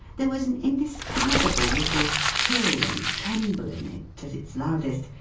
there was an indescribable little trill and tremble in it, at its loudest,